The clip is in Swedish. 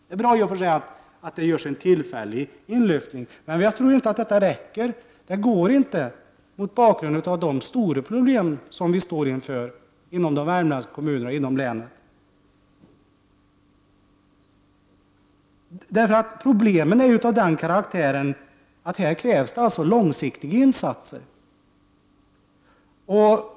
Det är i och för sig bra att det görs en tillfällig inlyftning, men vi tror inte att detta räcker. Det går inte mot bakgrund av de stora problem som vi står inför inom de värmländska kommunerna och inom länet. Problemen är av den karaktären att det krävs långsiktiga insatser.